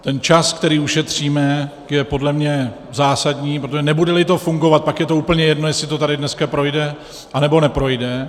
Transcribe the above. Ten čas, který ušetříme, je podle mě zásadní, protože nebudeli to fungovat, pak je úplně jedno, jestli to tady dneska projde, anebo neprojde.